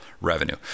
revenue